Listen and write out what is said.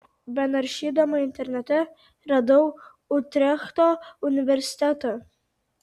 benaršydama internete radau utrechto universitetą